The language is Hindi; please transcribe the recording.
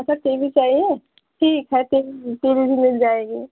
अच्छा चौकी चाहिए ठीक है चौकी भी चौकी भी मिल जाएगी